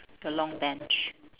the long bench